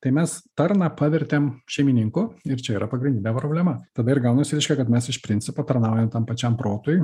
tai mes tarną pavertėm šeimininku ir čia yra pagrindinė problema tada ir gaunasi kad mes iš principo tarnaujam tam pačiam protui